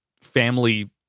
family